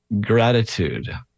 gratitude